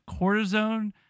cortisone